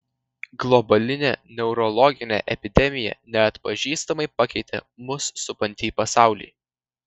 globalinė neurologinė epidemija neatpažįstamai pakeitė mus supantį pasaulį